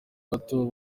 gato